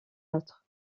autre